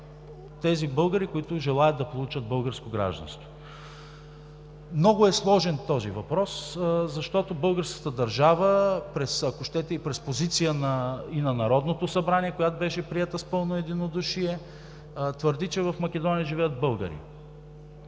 тези българи, които желаят да получат българско гражданство. Много е сложен този въпрос, защото българската държава, ако щете и през позиция и на Народното събрание, която беше приета с пълно единодушие, твърди, че в Македония живеят българи.